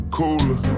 cooler